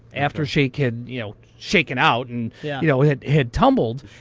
after shake had you know shaken out, and yeah you know had had tumbled,